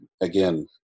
again